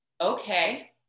Okay